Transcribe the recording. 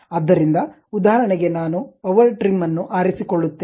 ಆದ್ದರಿಂದ ಉದಾಹರಣೆಗೆ ನಾನು ಪವರ್ ಟ್ರಿಮ್ ಅನ್ನು ಆರಿಸಿಕೊಳ್ಳುತ್ತೇನೆ